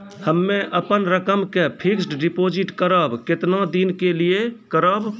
हम्मे अपन रकम के फिक्स्ड डिपोजिट करबऽ केतना दिन के लिए करबऽ?